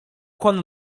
konna